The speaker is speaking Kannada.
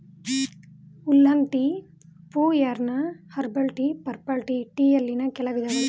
oolong tea, pu erh, herbal tea, purple tea ಟೀಯಲ್ಲಿನ್ ಕೆಲ ವಿಧಗಳು